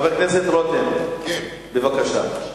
חבר הכנסת רותם, בבקשה.